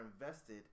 invested